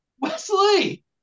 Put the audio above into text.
Wesley